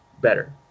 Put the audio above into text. better